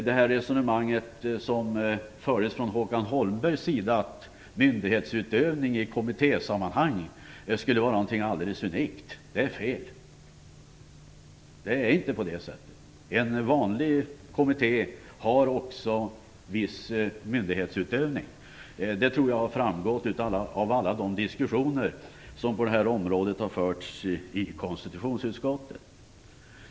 Det resonemang som Håkan Holmberg förde om att myndighetsutövning i kommittésammanhang skulle vara något alldeles unikt är fel. Det är inte på det sättet. En vanlig kommitté har också viss myndighetsutövning, och det tror jag har framgått av alla de diskussioner som har förts på detta område i konstitutionsutskottet.